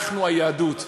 אנחנו, היהדות,